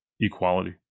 equality